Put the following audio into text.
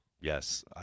yes